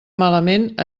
malament